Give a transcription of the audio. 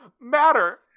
matter